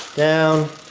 down,